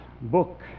book